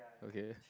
okay